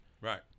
Right